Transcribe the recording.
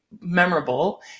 memorable